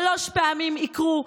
שלוש פעמים עיקרו,